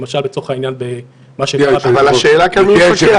למשל לצורך העניין במה ש- -- אבל השאלה כאן מי מפקח.